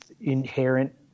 inherent